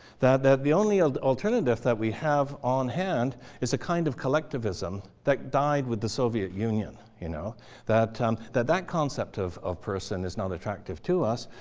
that that the only ah alternative that we have on hand is a kind of collectivism that died with the soviet union, you know that that that concept of of person is not attractive to us.